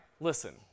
listen